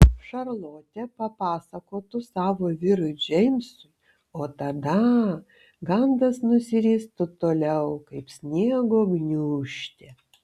šarlotė papasakotų savo vyrui džeimsui o tada gandas nusiristų toliau kaip sniego gniūžtė